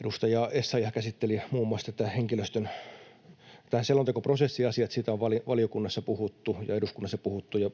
Edustaja Essayah käsitteli muun muassa tätä selontekoprosessiasiaa. Siitä on valiokunnassa puhuttu ja eduskunnassa puhuttu, ja